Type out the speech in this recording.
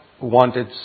wanted